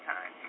Time